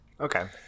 Okay